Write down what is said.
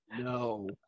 no